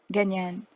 Ganyan